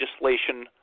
legislation